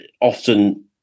often